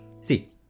see